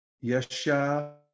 Yasha